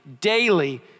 daily